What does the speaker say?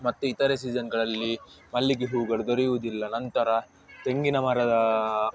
ಮತ್ತೆ ಇತರೆ ಸೀಸನ್ಗಳಲ್ಲಿ ಮಲ್ಲಿಗೆ ಹೂಗಳು ದೊರೆಯೋದಿಲ್ಲ ನಂತರ ತೆಂಗಿನ ಮರದ